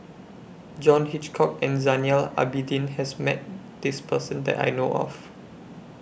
John Hitchcock and Zainal Abidin has Met This Person that I know of